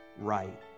right